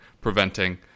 preventing